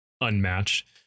unmatched